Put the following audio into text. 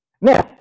Now